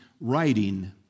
writing